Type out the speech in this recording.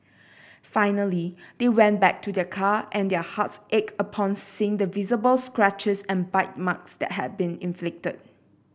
finally they went back to their car and their hearts ached upon seeing the visible scratches and bite marks that had been inflicted